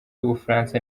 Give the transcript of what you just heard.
w’umufaransa